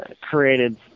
created